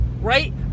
right